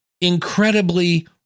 incredibly